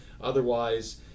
Otherwise